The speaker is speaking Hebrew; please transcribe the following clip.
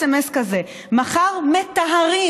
סמס כזה: "מחר מטהרים"